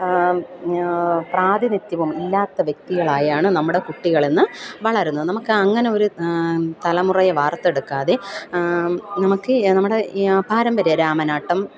പ്രാതിനിധ്യവും ഇല്ലാത്ത വ്യക്തികളായാണ് നമ്മുടെ കുട്ടികൾ ഇന്ന് വളരുന്നത് നമുക്ക് അങ്ങനെ ഒരു തലമുറയ വാർത്തെെടുക്കാതെ നമുക്ക് നമ്മുടെ പാരമ്പര്യ രാമനാട്ടം